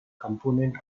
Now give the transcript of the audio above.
components